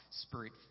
Spirit